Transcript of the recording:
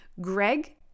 Greg